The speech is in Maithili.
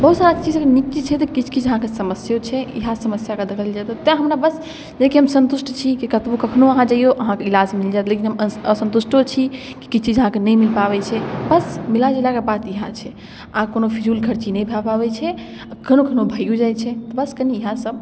बहुत सारा चीज अगर नीक चीज छै तऽ किछु किछु अहाँके समस्यो छै इएह समस्या अगर देखल जाए तेँ हमरा बस जेकि हम सन्तुष्ट छी कि कतबौ कखनो अहाँ जइऔ अहाँके इलाज मिल जाएत लेकिन हम असन्तुष्टो छी कि किछु चीज अहाँके नहि मिल पाबै छै बस मिलाजुलाकऽ बात इएह छै आओर कोनो फिजूलखर्ची नहि भऽ पाबै छै कखनो कखनो भइओ जाइ छै बस कनि इएहसब